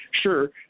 Sure